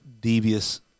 devious